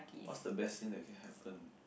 what's the best thing that can happen